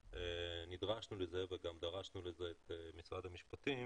אנחנו נדרשנו לזה וגם דרשנו לזה ממשרד המשפטים